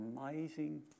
Amazing